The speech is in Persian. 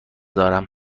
دارم